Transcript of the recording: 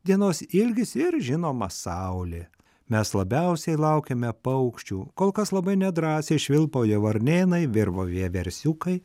dienos ilgis ir žinoma saulė mes labiausiai laukiame paukščių kol kas labai nedrąsiai švilpauja varnėnai virbo vieversiukai